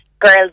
Girls